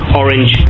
orange